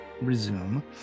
Resume